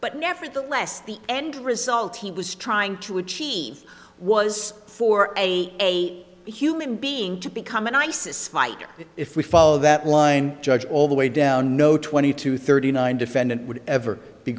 but nevertheless the end result he was trying to achieve was for a human being to become an isis fighter but if we follow that line judge all the way down no twenty to thirty nine defendant would ever be